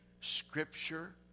Scripture